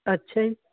ਅੱਛਾ ਜੀ